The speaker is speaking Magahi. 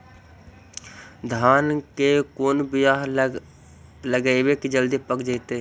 धान के कोन बियाह लगइबै की जल्दी पक जितै?